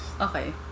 Okay